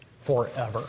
forever